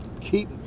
keep